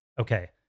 okay